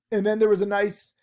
and then there was a nice,